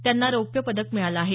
त्यांना रौप्य पदक मिळालं आहे